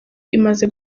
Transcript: imaze